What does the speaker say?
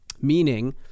Meaning